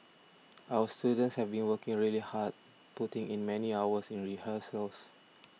our students have been working really hard putting in many hours in rehearsals